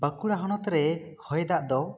ᱵᱟᱸᱠᱩᱲᱟ ᱦᱚᱱᱚᱛ ᱨᱮ ᱦᱚᱭ ᱫᱟᱜ ᱫᱚ